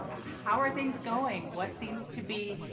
how are things going? what seems to be,